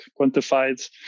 quantified